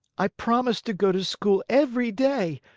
i promise to go to school every day,